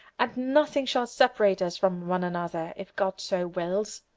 and nothing shall separate us from one another if god so wills.